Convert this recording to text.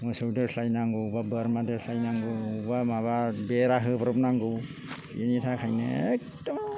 मोसौ दोस्लायनांगौ अबावबा बोरमा दोस्लायनांगौ अबावबा माबा बेरा होब्र'ब नांगौ बिनि थाखायनो एखदम